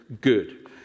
good